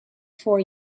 four